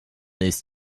ist